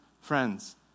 friends